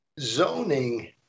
zoning